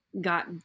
got